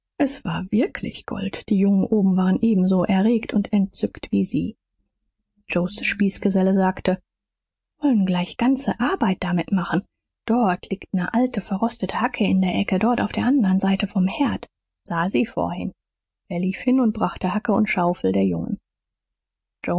es war wirklich gold die jungen oben waren ebenso erregt und entzückt wie sie joes spießgeselle sagte wollen gleich ganze arbeit damit machen dort liegt ne alte verrostete hacke in der ecke dort auf der anderen seite vom herd sah sie vorhin er lief hin und brachte hacke und schaufel der jungen